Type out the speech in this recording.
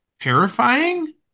terrifying